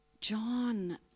John